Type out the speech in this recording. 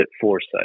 foresight